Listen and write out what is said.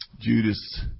Judas